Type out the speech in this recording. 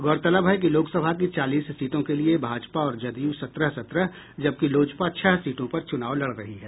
गौरतलब है कि लोकसभा की चालीस सीटों के लिए भाजपा और जदयू सत्रह सत्रह जबकि लोजपा छह सीटों पर चुनाव लड़ रही है